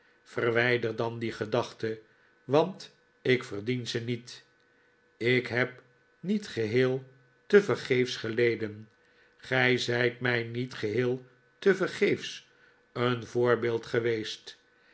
verwijder dan die gedachte want ik verdien ze niet ik heb niet geheel tevergeefs geleden gij zijt mij niet geheel tevergeefs een voorbeeld geweest